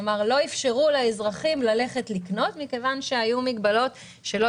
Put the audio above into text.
כלומר לא אפשרו לאזרחים ללכת לקנות מכיוון שהיו מגבלות שלא